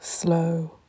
Slow